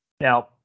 Now